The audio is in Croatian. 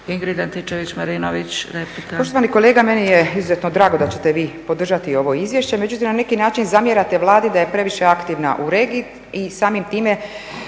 Ingrid Antičević-Marinović, replika.